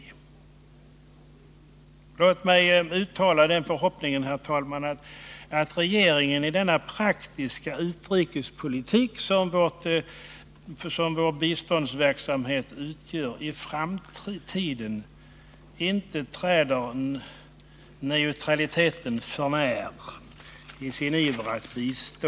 Låt mig uttala den förhoppningen, herr talman, att regeringen i denna praktiska utrikespolitik, som vår biståndsverksamhet utgör, i framtiden inte träder neutraliteten för när i sin iver att bistå.